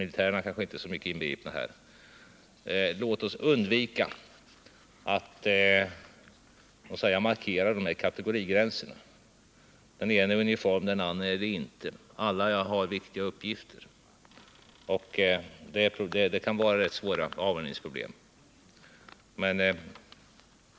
Låt oss undvika att markera kategorigränserna. Den ene bär uniform, den andre gör det inte inte. Alla har viktiga uppgifter, och det kan vara svåra avvägningsproblem.